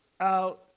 out